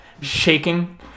Shaking